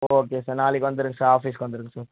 okay sir நாளைக்கு வந்துடுங்க sir ஆஃபீஸ்க்கு வந்துடுங்க சார்